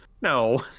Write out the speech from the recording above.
no